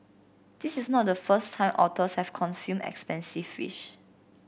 this is not the first time otters have consumed expensive fish